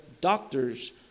doctors